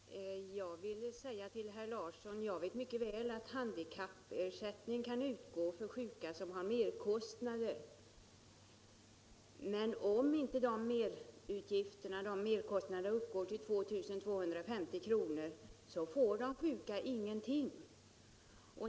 Herr talman! Jag vill säga till herr Larsson i Vänersborg att jag mycket väl vet att handikappersättning kan utgå till sjuka som har merkostnader, men om inte de merkostnaderna uppgår till 2 250 kr. får de sjuka ingenting.